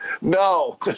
No